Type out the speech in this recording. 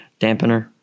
Dampener